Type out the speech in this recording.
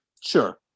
Sure